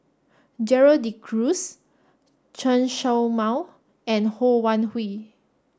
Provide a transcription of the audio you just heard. Gerald De Cruz Chen Show Mao and Ho Wan Hui